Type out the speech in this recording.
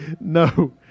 no